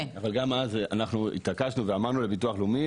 אבל גם אז אנחנו התעקשנו ואמרנו לביטוח לאומי,